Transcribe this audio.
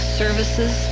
services